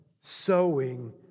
sowing